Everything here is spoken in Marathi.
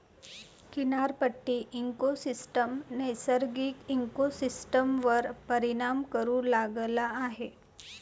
किनारपट्टी इकोसिस्टम नैसर्गिक इकोसिस्टमवर परिणाम करू लागला आहे